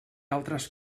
altres